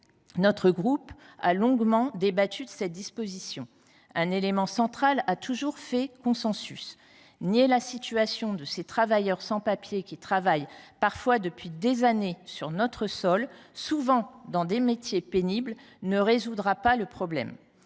Notre groupe a longuement débattu de cette disposition. Un élément central a toujours fait consensus : nier la situation de ces travailleurs sans papiers, qui travaillent parfois depuis des années sur notre sol, souvent dans des métiers pénibles, ne résoudra pas le problème.